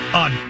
on